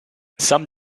some